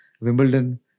Wimbledon